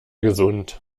gesund